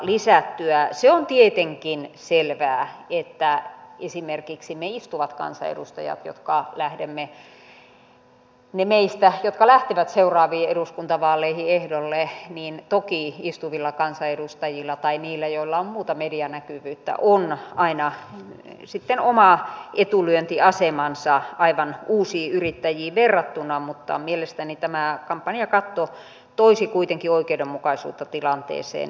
se on tietenkin selvää että toki esimerkiksi meillä istuvilla kansanedustajilla niillä meistä jotka lähtevät seuraaviin eduskuntavaaleihin ehdolle tai niillä joilla on muuta medianäkyvyyttä on aina oma etulyöntiasemansa aivan uusiin yrittäjiin verrattuna mutta mielestäni tämä kampanjakatto toisi kuitenkin oikeudenmukaisuutta tilanteeseen